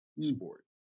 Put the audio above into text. sport